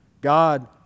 God